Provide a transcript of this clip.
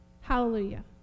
Hallelujah